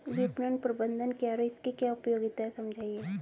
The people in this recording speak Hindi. विपणन प्रबंधन क्या है इसकी उपयोगिता समझाइए?